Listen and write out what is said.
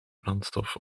brandstof